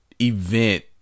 Event